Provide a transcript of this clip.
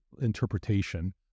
interpretation